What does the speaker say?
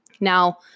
Now